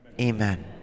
Amen